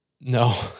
No